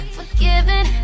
Forgiven